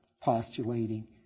postulating